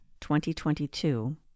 2022